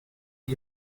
qui